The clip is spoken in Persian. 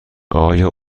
آیا